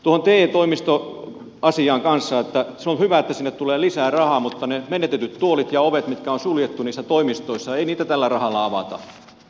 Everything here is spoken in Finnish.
tuohon te toimistoasiaan kanssa että se on hyvä että sinne tulee lisää rahaa mutta ne menetetyt tuolit ja ovet mitkä on suljettu niissä toimistoissa ei niitä tällä rahalla avata